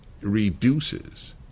reduces